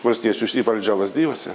valstiečius į valdžią lazdijuose